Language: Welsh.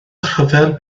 rhyfel